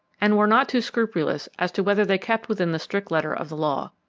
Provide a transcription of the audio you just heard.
and were not too scrupulous as to whether they kept within the strict letter of the law.